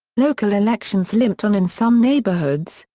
local elections limped on in some neighborhoods,